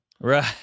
right